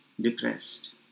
depressed